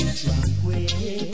tranquil